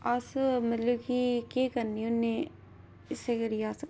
अस मतलब कि केह् करने होन्ने इस करियै अस